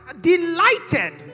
delighted